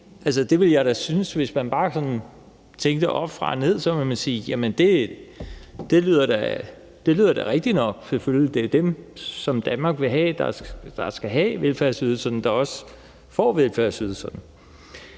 det ville jeg da synes. Hvis man bare sådan tænkte oppefra og ned, ville man sige: Jamen det lyder da rigtig nok; det er dem, som Danmark vil have skal have velfærdsydelserne, der også får velfærdsydelserne.